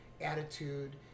attitude